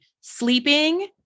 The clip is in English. Sleeping